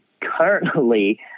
currently